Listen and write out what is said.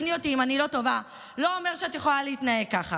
תקני אותי אם אני לא טובה לא אומר שאת יכולה להתנהג כך.